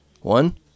One